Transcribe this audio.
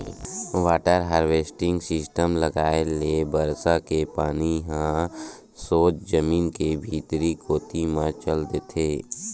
water harvesting system लगाए ले बरसा के पानी ह सोझ जमीन के भीतरी कोती म चल देथे